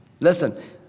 Listen